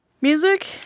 Music